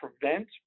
prevent